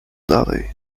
dalej